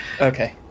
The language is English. Okay